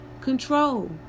control